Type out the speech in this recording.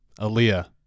Aaliyah